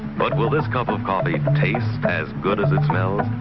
but will this cup of coffee taste as good as it smells?